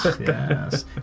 Yes